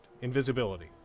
invisibility